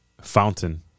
Fountain